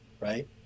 right